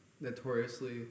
notoriously